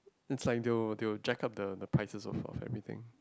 it's like they will they will jack up the the prices of of everything